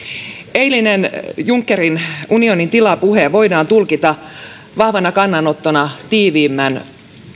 eilinen junckerin unionin tila puhe voidaan tulkita vahvana kannanottona tiiviimmän